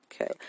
Okay